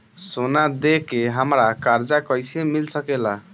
सोना दे के हमरा कर्जा कईसे मिल सकेला?